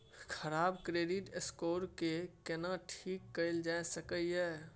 खराब credit score के केना ठीक कैल जा सकै ये?